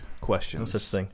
questions